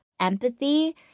empathy